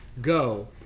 go